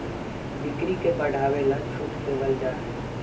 बिक्री के बढ़ावे ला छूट देवल जाहई